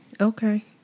Okay